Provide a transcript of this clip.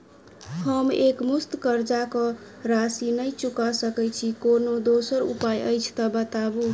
हम एकमुस्त कर्जा कऽ राशि नहि चुका सकय छी, कोनो दोसर उपाय अछि तऽ बताबु?